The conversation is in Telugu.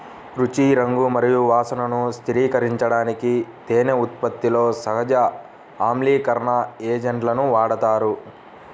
రుచి, రంగు మరియు వాసనను స్థిరీకరించడానికి తేనె ఉత్పత్తిలో సహజ ఆమ్లీకరణ ఏజెంట్లను వాడతారు